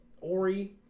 Ori